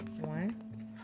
One